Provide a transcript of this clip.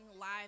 live